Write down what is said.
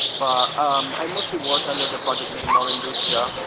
but i mostly work under the project name molleindustria.